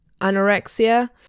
anorexia